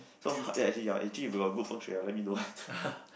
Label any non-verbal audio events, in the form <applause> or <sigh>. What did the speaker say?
so ha~ ya actually ya actually if you got good Feng Shui ah let me know <laughs>